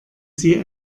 sie